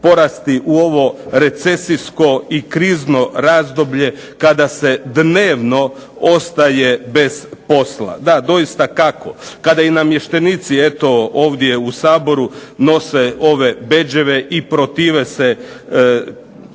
porasti u ovo recesijsko i krizno razdoblje kada se dnevno ostaje bez posla? Da doista kako, kada i namještenici ovdje u Saboru nose ove bedževe i protive se